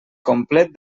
complet